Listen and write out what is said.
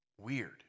Weird